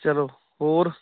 ਚਲੋ ਹੋਰ